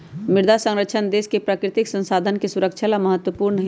मृदा संरक्षण देश के प्राकृतिक संसाधन के सुरक्षा ला महत्वपूर्ण हई